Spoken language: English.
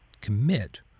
commit